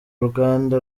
ruganda